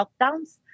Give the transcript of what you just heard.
lockdowns